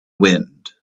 wind